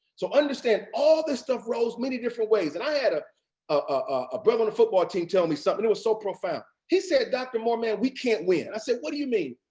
so understand all this stuff goes many different ways. and i had a ah brother on the football team telling me something, and it was so profound. he said, dr. moore, man, we can't win. i said, what do you mean?